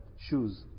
shoes